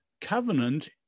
covenant